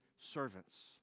servants